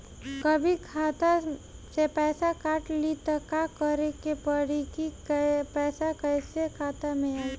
कभी खाता से पैसा काट लि त का करे के पड़ी कि पैसा कईसे खाता मे आई?